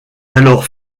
alors